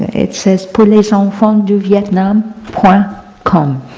it says, pourlesenfantsduvietnam com.